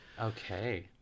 Okay